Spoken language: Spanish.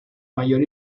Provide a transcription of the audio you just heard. mayor